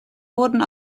wurden